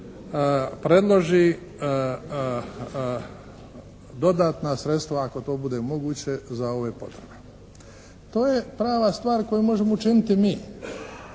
predloži dodatna sredstva ako to bude moguće za ove potrebe. To je prava stvar koju možemo učiniti mi